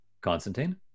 Constantine